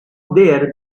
there